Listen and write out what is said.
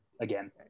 again